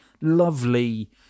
Lovely